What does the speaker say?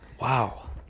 Wow